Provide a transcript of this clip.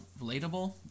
Relatable